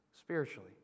spiritually